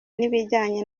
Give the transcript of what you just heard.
n’ibijyanye